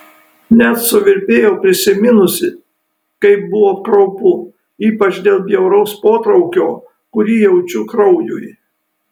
net suvirpėjau prisiminusi kaip buvo kraupu ypač dėl bjauraus potraukio kurį jaučiu kraujui